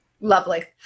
Lovely